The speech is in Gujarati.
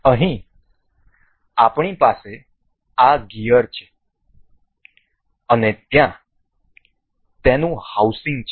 અહીં આપણી પાસે આ ગિઅર છે અને ત્યાં તેનું હાઉસિંગ છે